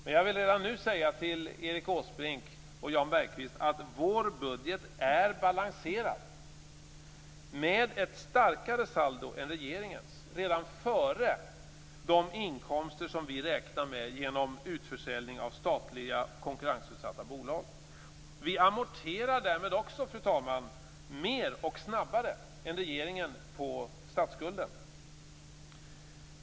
Men jag vill redan nu säga till Erik Åsbrink och Jan Bergqvist att vår budget är balanserad med ett starkare saldo än regeringens redan före de inkomster som vi räknar med genom utförsäljning av statliga konkurrensutsatta bolag. Vi amorterar därmed också, fru talman, mer och snabbare än regeringen på statsskulden.